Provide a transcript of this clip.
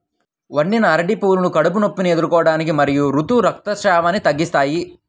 వండిన అరటి పువ్వులు కడుపు నొప్పిని ఎదుర్కోవటానికి మరియు ఋతు రక్తస్రావాన్ని తగ్గిస్తాయి